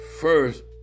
first